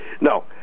no